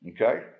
okay